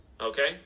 okay